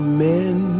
men